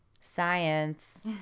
science